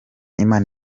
imana